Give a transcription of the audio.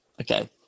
okay